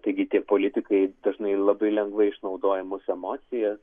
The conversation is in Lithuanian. taigi tie politikai dažnai labai lengvai išnaudoja mūsų emocijas